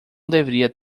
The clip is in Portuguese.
deveria